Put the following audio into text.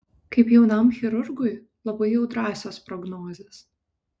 kaip jaunam chirurgui labai jau drąsios prognozės